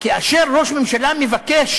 כאשר ראש ממשלה מבקש,